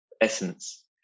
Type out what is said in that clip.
essence